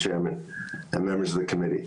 אדוני יו"ר הוועדה.